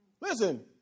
Listen